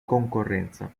concorrenza